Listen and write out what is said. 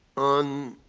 on